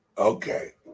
okay